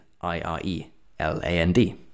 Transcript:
I-R-E-L-A-N-D